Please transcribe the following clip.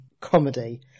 comedy